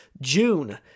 June